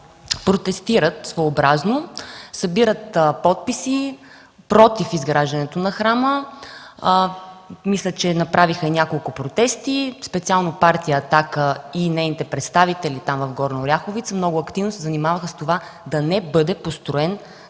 протестират своеобразно. Събират подписи против изграждането на храма. Мисля, че направиха няколко протеста. Специално Партия „Атака” и нейните представители в Горна Оряховица много активно се занимаваха с това да не бъде построена